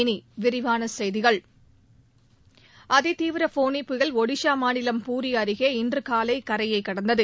இனி விரிவான செய்திகள் அதி தீவிர ஃபோனி புயல் ஒடிஸா மாநிலம் பூரி அருகே இன்று காலை கரையை கடந்தது